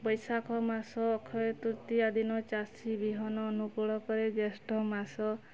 ବୈଶାଖମାସ ଅକ୍ଷୟତୃତୀୟା ଦିନ ଚାଷୀ ବିହନ ଅନୁକୂଳ କରେ ଜ୍ୟେଷ୍ଠମାସ